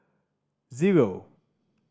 zero